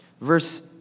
verse